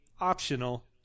optional